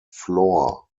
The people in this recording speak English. floor